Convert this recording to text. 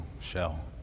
shell